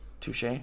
Touche